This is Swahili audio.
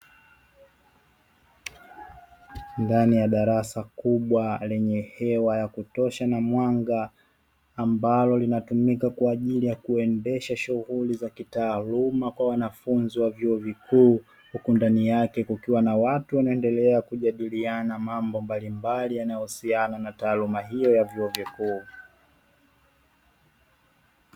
Ndani ya darasa kubwa lenye hewa ya kutosha na mwanga ambalo linatumika kwaajili ya kuendesha shughuli za kitaaluma ya wanafunzi wa vyuo vikuu, huku ndani yake kukiwa na watu wakiendelea kujadiliana mambo mbalimbali yanayohusiana na taaluma hiyo ya vyuo vikuu.